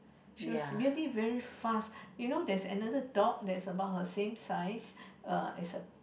she was very very fast you know that's another dog that's about her same size err is a